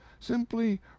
Simply